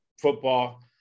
football